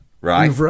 Right